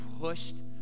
pushed